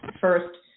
first